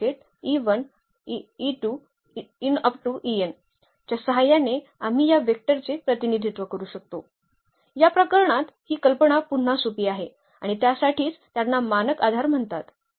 तर हे बहुपद हक्क आहेत हे बहुपदीय आहेत आम्ही घेतले आहेत आणि आम्ही दावा करतो की साठी हा एक आधार आहे